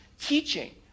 Teaching